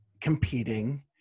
competing